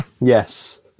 Yes